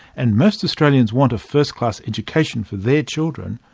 and most australians want a first-class education for their children,